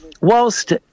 whilst